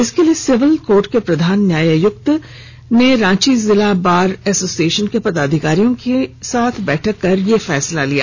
इसके लिए civil court के प्रधान न्यायायुक्त ने रांची जिला बार एसोसिएशन के पदाधिकारियों के साथ बैठक कर फैसला लिया